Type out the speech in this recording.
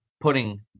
putting